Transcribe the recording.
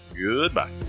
Goodbye